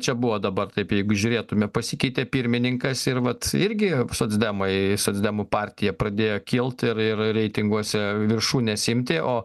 čia buvo dabar taip jeigu žiūrėtume pasikeitė pirmininkas ir vat irgi socdemai socdemų partija pradėjo kilt ir ir reitinguose viršūnes imti o